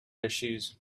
issues